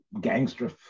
gangster